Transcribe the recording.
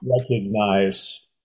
recognize